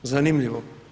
Zanimljivo.